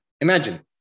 Imagine